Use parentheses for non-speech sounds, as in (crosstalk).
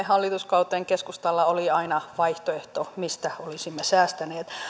(unintelligible) hallituskauteen keskustalla oli aina vaihtoehto mistä olisimme säästäneet